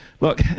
look